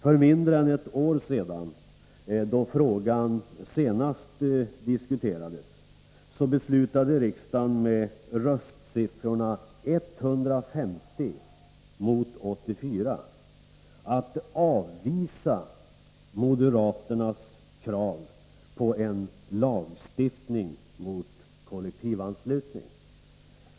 För mindre än ett år sedan, då frågan senast diskuterades, beslutade riksdagen med röstsiffrorna 150 mot 84 att avvisa moderaternas krav på en lagstiftning mot kollektivanslutning.